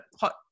hot